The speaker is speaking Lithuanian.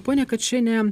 ponia kačėne